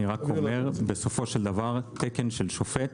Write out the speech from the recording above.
אני רק אומר, בסופו של דבר, תקן של שופט